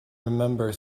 remember